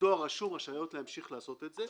בדואר רשום רשאיות להמשיך לעשות את זה.